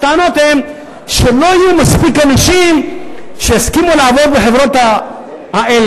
הטענות הן שלא יהיו מספיק אנשים שיסכימו לעבוד בחברות האלה.